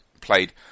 played